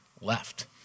left